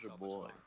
Boy